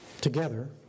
together